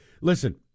Listen